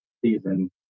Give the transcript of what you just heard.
season